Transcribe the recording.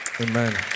Amen